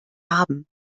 haben